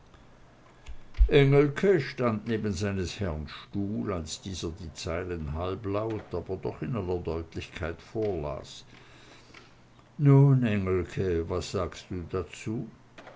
engelke stand neben seines herrn stuhl als dieser die zeilen halblaut aber doch in aller deutlichkeit vorlas nun engelke was sagst du dazu